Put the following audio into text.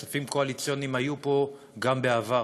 כספים קואליציוניים היו פה גם בעבר,